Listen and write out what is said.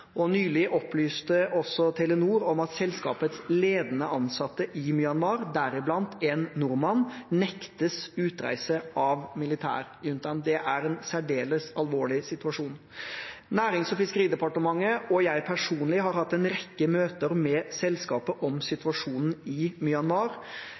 Nylig opplyst Telenor også om at selskapets ledende ansatte i Myanmar, deriblant en nordmann, nektes utreise av militærjuntaen. Det er en særdeles alvorlig situasjon. Nærings- og fiskeridepartementet og jeg personlig har hatt en rekke møter med selskapet om